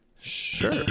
sure